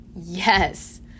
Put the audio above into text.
yes